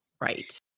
right